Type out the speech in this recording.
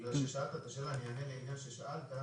בגלל ששאלת את השאלה, אענה לעניין ששאלת,